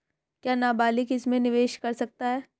क्या नाबालिग इसमें निवेश कर सकता है?